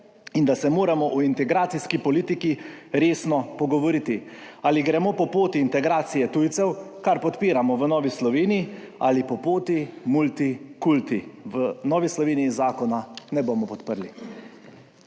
in da se moramo o integracijski politiki resno pogovoriti, ali gremo po poti integracije tujcev, kar podpiramo v Novi Sloveniji, ali po poti multikulti. V Novi Sloveniji zakona ne bomo podprli.